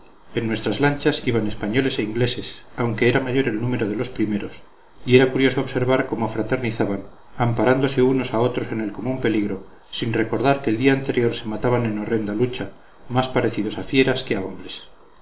en nuestras lanchas iban españoles e ingleses aunque era mayor el número de los primeros y era curioso observar cómo fraternizaban amparándose unos a otros en el común peligro sin recordar que el día anterior se mataban en horrenda lucha más parecidos a fieras que a hombres